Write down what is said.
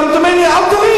אז אתם אומרים לי: אל תוריד.